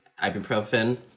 ibuprofen